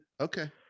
okay